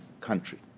country